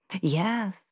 Yes